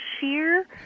sheer